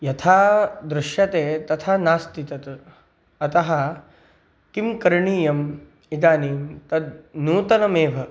यथा दृश्यते तथा नास्ति तत् अतः किं करणीयम् इदानीं तद् नूतनमेव